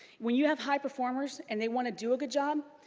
when you have high performers and they want to do a good job,